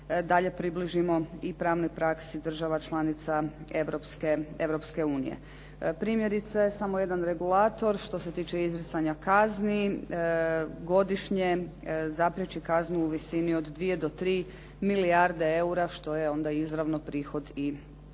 dalje približimo i pravnoj praksi država članica Europske unije. Primjerice, samo jedan regulator što se tiče izricanja kazni godišnje zapriječi kaznu u visini od 2 do 3 milijarde eura, što je onda izravno prihod i